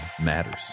matters